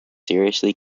seriously